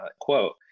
quote